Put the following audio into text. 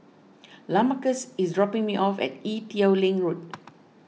Lamarcus is dropping me off at Ee Teow Leng Road